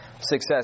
success